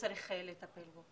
וצריך לטפל בו.